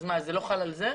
זה לא חל על זה?